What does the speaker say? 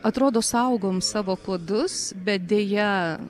atrodo saugom savo kodus bet deja